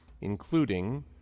including